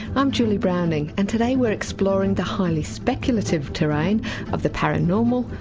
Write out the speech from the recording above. i'm julie browning and today we're exploring the highly speculative terrain of the paranormal,